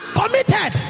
committed